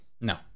No